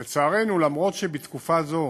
לצערנו, אף שבתקופה זו